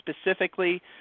specifically